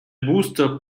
booster